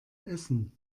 essen